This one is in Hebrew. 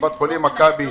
קופת חולים מכבי